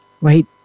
right